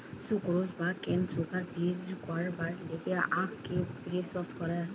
sucrose বা cane sugar বের করবার লিগে আখকে প্রসেস করায়